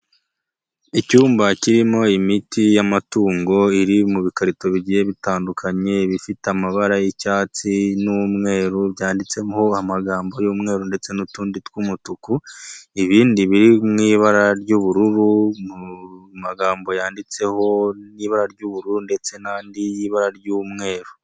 Icyumba kirimo imiti y'amatungo iri mu bikarito bigiye bitandukanye, ibifite amabara y'icyatsi n'umweru byanditseho amagambo y'umweru ndetse n'utundi tw'umutuku, ibindi biri mu ibara ry'ubururu mu magambo yanditseho n'ibara ry'ubururu ndetse n'andi y'ibara ry'umweru.